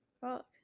Fuck